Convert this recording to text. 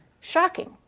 shocking